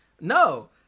No